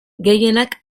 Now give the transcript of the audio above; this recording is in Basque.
gehienak